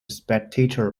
spectator